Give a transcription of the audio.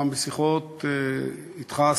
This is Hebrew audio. גם בשיחות אתך,